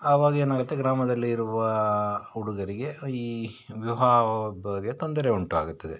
ಆವಾಗೇನಾಗುತ್ತೆ ಗ್ರಾಮದಲ್ಲಿರುವ ಹುಡುಗರಿಗೆ ಈ ವಿವಾಹ ಬಗ್ಗೆ ತೊಂದರೆ ಉಂಟಾಗುತ್ತದೆ